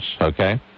okay